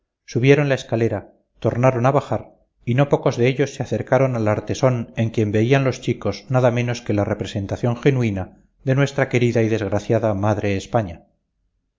subieron la escalera tornaron a bajar y no pocos de ellos se acercaron al artesón en quien veían los chicos nada menos que la representación genuina de nuestra querida y desgraciada madre españa